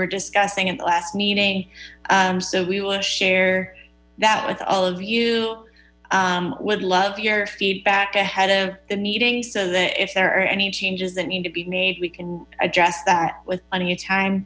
were discussing at the last meeting so we share that with all of you would love your feedback ahead of the meeting so that if there are any changes that need to be made we can address that with your time